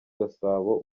gasabo